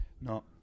No